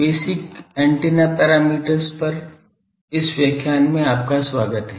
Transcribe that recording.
basic antenna parameters पर इस व्याख्यान में आपका स्वागत है